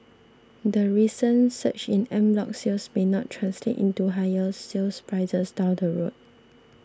the recent surge in en bloc sales may not translate into higher sale prices down the road